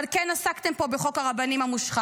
אבל כן עסקתם פה בחוק הרבנים המושחת.